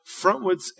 frontwards